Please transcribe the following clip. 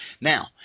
Now